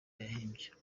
yahimbye